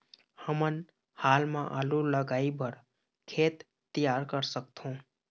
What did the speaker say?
हमन हाल मा आलू लगाइ बर खेत तियार कर सकथों?